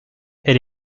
elle